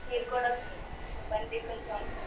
మీరు కూడా చెప్పండి కొంచెం